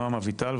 נועם אביטל.